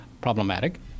problematic